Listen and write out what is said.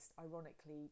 ironically